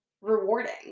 rewarding